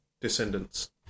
descendants